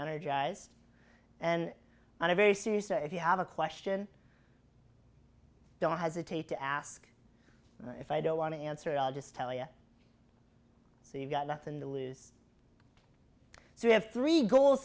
energized and on a very serious or if you have a question don't hesitate to ask if i don't want to answer it i'll just tell you so you got nothing to lose so you have three goals